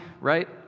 right